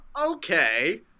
Okay